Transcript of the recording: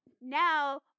Now